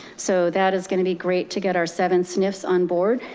so that is gonna be great to get our seven snfs on board.